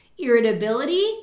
irritability